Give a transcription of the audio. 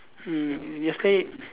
mm yesterday